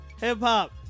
hip-hop